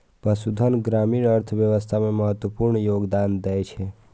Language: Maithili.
पशुधन ग्रामीण अर्थव्यवस्था मे महत्वपूर्ण योगदान दै छै